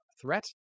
threat